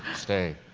stay.